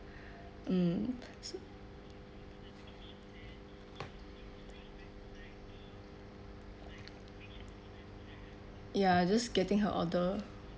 mm ya just getting her order